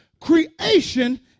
creation